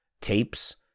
tapes